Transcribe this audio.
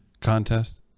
contest